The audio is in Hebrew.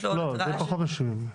פחות מ-60 ימים.